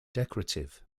decorative